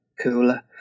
cooler